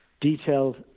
detailed